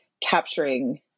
capturing